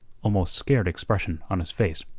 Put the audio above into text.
almost scared expression on his face.